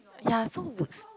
ya so